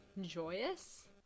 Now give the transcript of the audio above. joyous